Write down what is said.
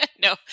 No